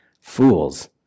Fools